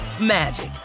magic